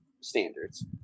standards